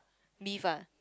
beef ah